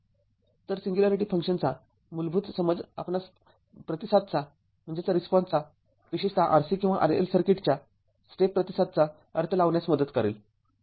तर सिंग्युलॅरिटी फंक्शनचा मूलभूत समज आपणास प्रतिसादचा विशेषतः RC किंवा RL सर्किटच्या स्टेप प्रतिसादचा अर्थ लावण्यास मदत करेल